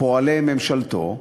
פועלי ממשלתו,